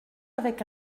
avec